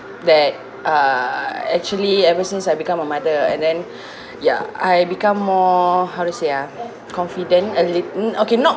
that uh actually ever since I become a mother and then ya I become more how to say ah confident a lit~ uh okay not